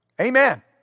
Amen